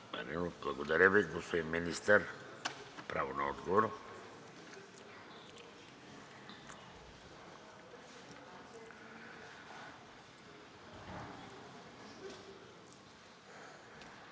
Благодаря Ви. Господин Министър, право на отговор.